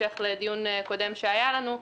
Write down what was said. בהמשך לדיון קודם שהיה לנו,